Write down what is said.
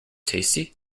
tasty